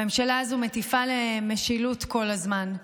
הממשלה הזאת מטיפה למשילות כל הזמן.